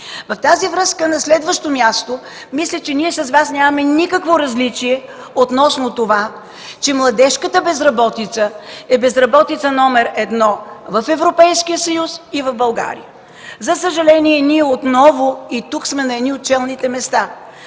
В тази връзка на следващо място мисля, че ние с Вас нямаме никакво различие относно това, че младежката безработица е безработица № 1 в Европейския съюз и в България. За съжаление ние отново и тук сме на едни от челните места.